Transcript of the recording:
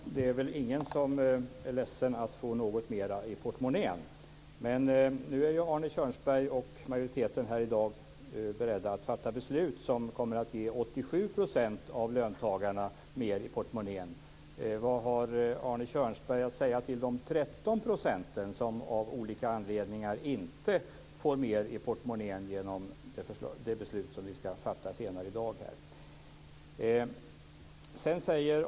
Fru talman! Det är väl ingen som är ledsen för att få något mera i portmonnän. Men nu är Arne Kjörnsberg och majoriteten beredda att i dag fatta beslut som kommer att ge 87 % av löntagarna mer i portmonnän. Vad har Arne Kjörnsberg att säga till de 13 % som av olika anledningar inte får mer i portmonnän genom det beslut som vi ska fatta senare i dag?